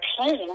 pain